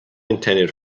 intended